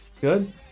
Good